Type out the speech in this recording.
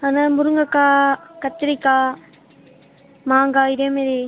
அதான் முருங்கக்காய் கத்திரிக்காய் மாங்காய் இதே மாதிரி